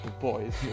boys